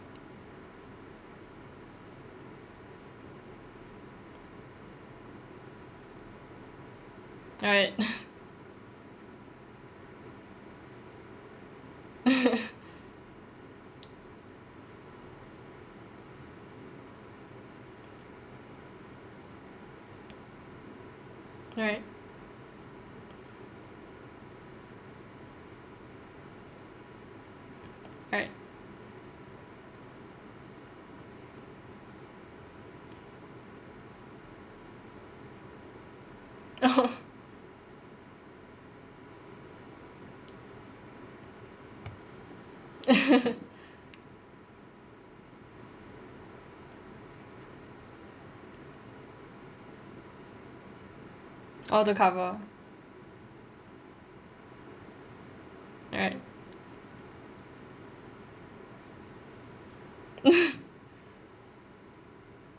right right right oh orh to cover right